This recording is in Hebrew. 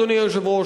אדוני היושב-ראש,